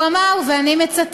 שבו הוא אמר, ואני מצטטת: